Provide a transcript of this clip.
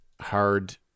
hard